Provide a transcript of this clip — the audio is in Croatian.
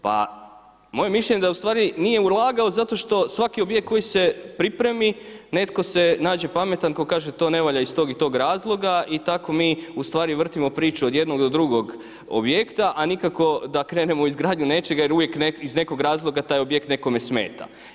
Pa moje mišljenje da ustvari nije ulagao, zato što svaki objekt koji se pripremi, netko se nađe pametan tko kaže to ne valja iz tog i tog razloga i tako mi ustvari vrtimo priču od jednog do drugog objekta, a nikako da krenemo u izgradnju nečega, jer uvijek iz nekog razloga taj objekt nekome smeta.